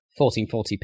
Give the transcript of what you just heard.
1440p